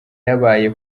yabaye